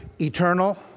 eternal